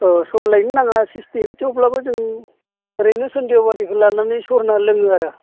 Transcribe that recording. अह सरलायनो नाङा सिस्टेम थेवब्लाबो जों ओरैनो सनदेह' बादिखौ लानानै सरना लोङो आरो